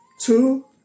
Two